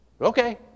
Okay